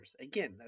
Again